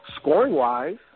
Scoring-wise